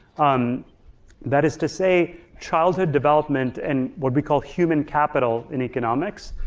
um that is to say childhood development and what we call human capital in economics